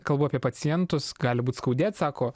kalbu apie pacientus gali būt skaudėt sako